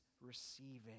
receiving